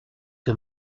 que